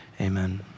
Amen